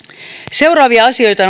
seuraavia asioita